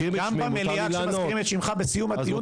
גם במליאה כאשר מזכירים את שמך בסיום הדיון,